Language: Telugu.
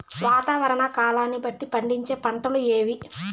వాతావరణ కాలాన్ని బట్టి పండించే పంటలు ఏవి?